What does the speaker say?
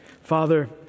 Father